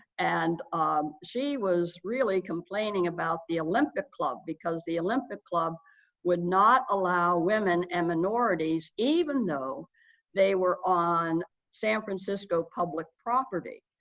and she was really complaining about the olympic club because the olympic club would not allow women and minorities even though they were on san francisco public property.